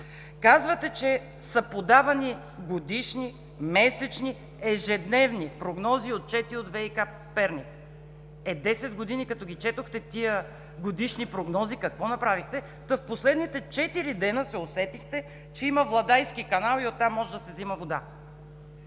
Казвате, че са подавани годишни, месечни, ежедневни прогнози и отчети от ВиК – Перник. Е, десет години, като ги четохте тези годишни прогнози, какво направихте, та в последните четири дена се усетихте, че има Владайски канал и оттам може да се взима вода?